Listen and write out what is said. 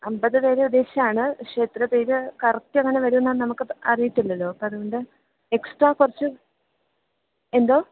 അൻപത് പേരെ ഉദ്ദേശിച്ചാണ് പക്ഷേ എത്ര പേര് കറക്ടങ്ങനെ വരുമെന്ന് നമുക്ക് അറിയത്തില്ലല്ലോ അപ്പം അതു കൊണ്ട് എക്സ്ട്രാ കുറച്ച് എന്തോ